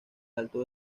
alto